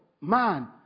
man